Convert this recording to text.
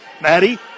Maddie